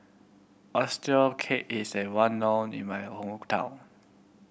oyster cake is well known in my hometown